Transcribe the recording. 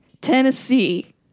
tennessee